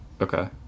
Okay